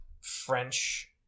french